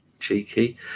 cheeky